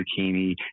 zucchini